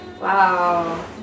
Wow